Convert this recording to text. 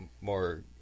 more